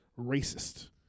racist